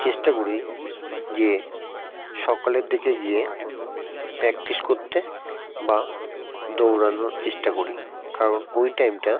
চেষ্টা করি যে সকালের দিকে গিয়ে প্র্যাক্টিস করতে বা দৌড়ানোর চেষ্টা করি কারণ ওই টাইমটা